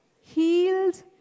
healed